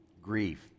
Grief